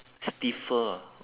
stiffer ah